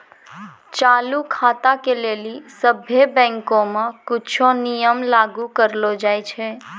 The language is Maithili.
चालू खाता के लेली सभ्भे बैंको मे कुछो नियम लागू करलो जाय छै